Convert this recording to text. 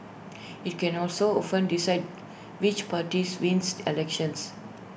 IT can also often decide which party wins elections